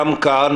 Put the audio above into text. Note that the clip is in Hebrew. גם כאן,